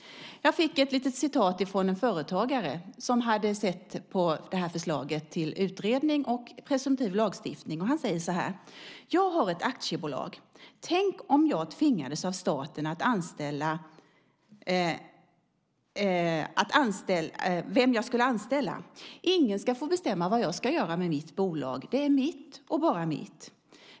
Jag fick ett litet citat från en företagare som hade sett på det här förslaget till utredning och presumtiv lagstiftning. Hon säger: Jag har ett aktiebolag. Tänk om staten bestämde vem jag skulle anställa? Ingen ska få bestämma vad jag ska göra med mitt bolag. Det är mitt och bara mitt.